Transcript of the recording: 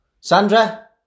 Sandra